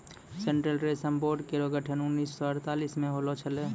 central रेशम board केरो गठन उन्नीस सौ अड़तालीस म होलो छलै